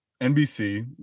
NBC